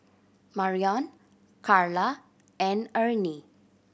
Marrion Karla and Ernie